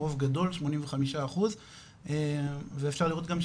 רוב גדול 85 אחוז ואפשר לראות גם,